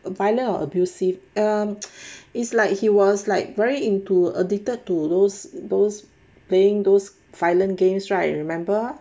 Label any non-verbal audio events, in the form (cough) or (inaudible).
a violent or abusive um (noise) it's like he was like very into addicted to those those playing those violent games right remember